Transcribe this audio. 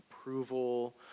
approval